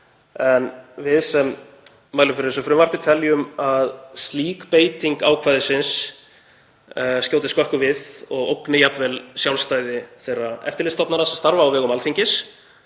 gr. Við sem mælum fyrir þessu frumvarpi teljum að slík beiting ákvæðisins skjóti skökku við og ógni jafnvel sjálfstæði þeirra eftirlitsstofnana sem starfa á vegum Alþingis,